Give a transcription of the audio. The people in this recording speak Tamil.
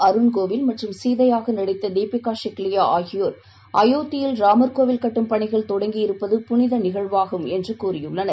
அரூண் கோவில் மற்றும் சீதையாகநடித்ததீபிகாசிக்லியாஆகியோர் கோவில் கட்டும் பணிகள் தொடங்கியிருப்பது புனிதநிகழ்வாகும் என்றுகூறியுள்ளனர்